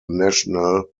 national